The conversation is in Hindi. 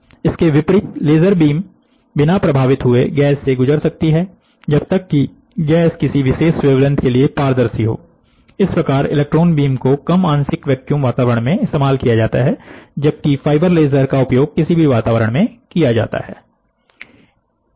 इसके विपरीत लेजर बीम बिना प्रभावित हुए गैस से गुजर सकती है जब तक कि गैस किसी विशेष वेवलेंथ के लिए पारदर्शी हो इस प्रकार इलेक्ट्रॉन बीम को कम आंशिक वैक्यूम वातावरण में इस्तेमाल किया जाता है जबकि फाइबर लेजर का उपयोग किसी भी वातावरण में किया जाता हैबशर्ते लेजर को गुजरने की अनुमति हो